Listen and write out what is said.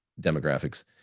demographics